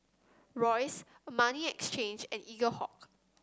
Royce Armani Exchange and Eaglehawk